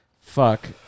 fuck